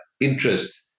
interest